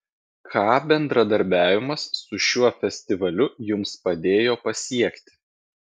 ką bendradarbiavimas su šiuo festivaliu jums padėjo pasiekti